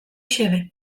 xede